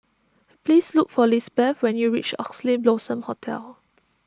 please look for Lizbeth when you reach Oxley Blossom Hotel